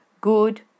good